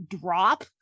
drop